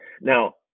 Now